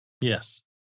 yes